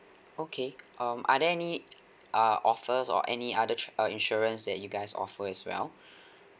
okay um are there any uh offers or any other tri~ uh insurance that you guys offer as well